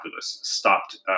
stopped